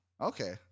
Okay